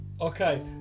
Okay